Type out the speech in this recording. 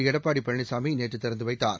எடப்பாடி பழனிசாமி நேற்று திறந்து வைத்தார்